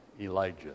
Elijah